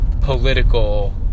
political